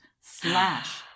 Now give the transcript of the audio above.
slash